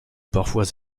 parfois